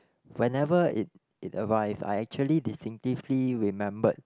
whenever it it arrive I actually distinctively remembered